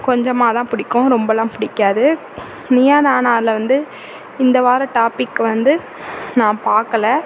கொஞ்சமாக தான் பிடிக்கும் ரொம்ப எல்லாம் பிடிக்காது நீயா நானாவில வந்து இந்த வார டாபிக் வந்து நான் பார்க்கல